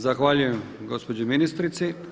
Zahvaljujem gospođi ministrici.